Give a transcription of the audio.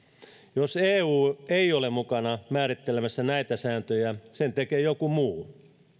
jos eu ei ole mukana määrittelemässä näitä sääntöjä sen tekee joku muu